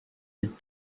with